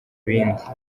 bindi